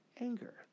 anger